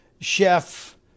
Chef